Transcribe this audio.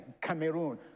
Cameroon